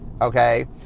okay